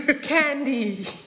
candy